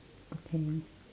okay